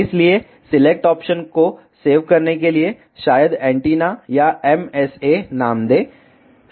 इसलिए select option को save करने के लिए शायद एंटीना या MSA नाम दें